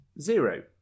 Zero